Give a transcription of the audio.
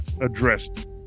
addressed